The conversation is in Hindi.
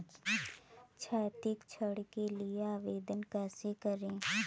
शैक्षिक ऋण के लिए आवेदन कैसे करें?